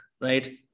Right